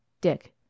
Dick